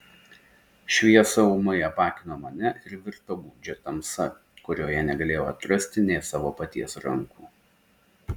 šviesa ūmai apakino mane ir virto gūdžia tamsa kurioje negalėjau atrasti nė savo paties rankų